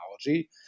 technology